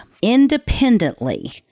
independently